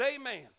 amen